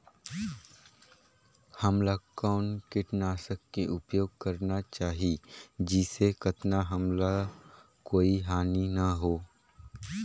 हमला कौन किटनाशक के उपयोग करन चाही जिसे कतना हमला कोई हानि न हो?